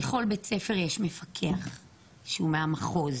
לכל בית ספר יש מפקח שהוא מהמחוז,